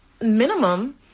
minimum